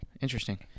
Interesting